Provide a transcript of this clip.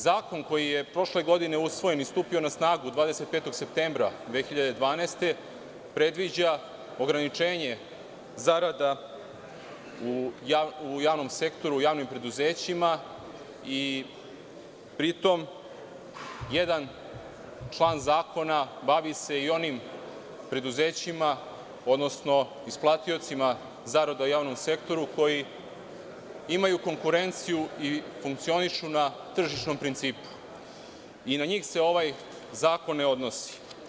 Zakon koji je prošle godine usvojen i stupio na snagu 25. septembra 2012. godine predviđa ograničenje zarada u javnom sektoru, u javnim preduzećima i pri tom jedan član zakona bavi se i onim preduzećima, odnosno isplatiocima zarada u javnom sektoru koji imaju konkurenciju i funkcionišu na tržišnom principu, i na njih se ovaj zakon ne odnosi.